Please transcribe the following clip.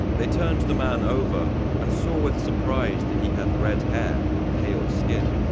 they turned the man over and saw with surprise that he had red hair and pale skin.